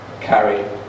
carry